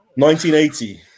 1980